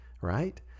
right